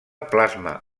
plasma